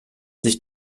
sich